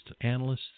analysts